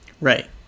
Right